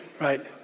Right